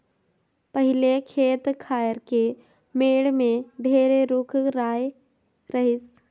पहिले खेत खायर के मेड़ में ढेरे रूख राई रहिस